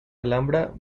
alhambra